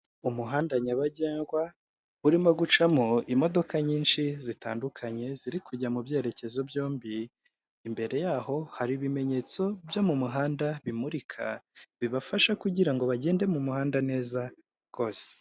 Umuhanda nyabagendwa urimo gucamo imodoka nyinshi zitandukanye, ziri kujya mu byerekezo byombi, imbere yaho hari ibimenyetso byo mu muhanda bimurika, bibafasha kugira ngo bagende mu muhanda neza rwose.